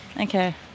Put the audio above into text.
Okay